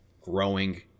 growing